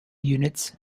units